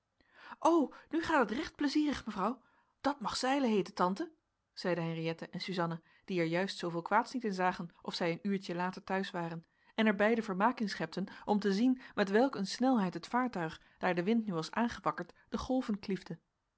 o nu gaat het recht pleizierig mevrouw dat mag zeilen heeten tante zeiden henriëtte en suzanna die er juist zooveel kwaads niet in zagen of zij een uurtje later te huis waren en er beiden vermaak in schepten om te zien met welk een snelheid het vaartuig daar de wind nu was aangewakkerd de golven